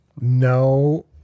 No